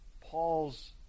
Paul's